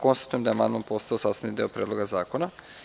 Konstatujem da je amandman postao sastavni deo Predloga zakona.